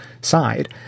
side